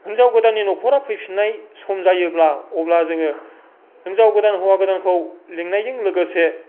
हिनजाव गोदाननि न'खरा फैफिननाय सम जायोब्ला अब्ला जोङो हिनजाव गोदान हौआ गोदानखौ लेंनायजों लोगोसे